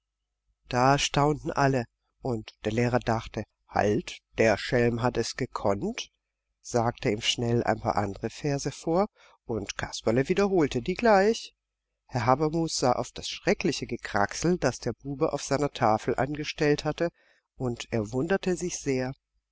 da staunten alle und der lehrer der dachte halt der schelm hat es gekonnt sagte ihm schnell ein paar andere verse vor und kasperle wiederholte die gleich herr habermus sah auf das schreckliche gekracksel das der bube auf seiner tafel angestellt hatte und er wunderte sich sehr